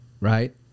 Right